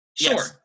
Sure